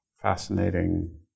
fascinating